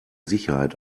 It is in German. sicherheit